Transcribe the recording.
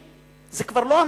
זה כבר לא,